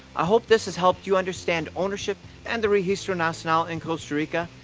i hope this has helped you understand ownership and the registro nacional in costa rica.